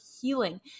healing